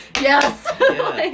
yes